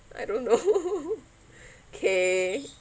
I don't know K